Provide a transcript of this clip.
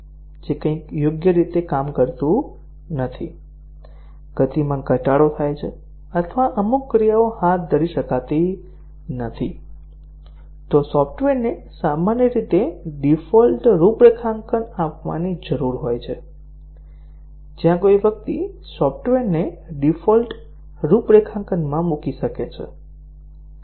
જો કંઇક યોગ્ય રીતે કામ કરતું નથી ગતિમાં ઘટાડો થાય છે અથવા અમુક ક્રિયાઓ હાથ ધરી શકાતી નથી તો સોફ્ટવેરને સામાન્ય રીતે ડિફોલ્ટ રૂપરેખાંકન આપવાની જરૂર હોય છે જ્યાં કોઈ વ્યક્તિ સોફ્ટવેરને ડિફોલ્ટ રૂપરેખાંકનમાં મૂકી શકે છે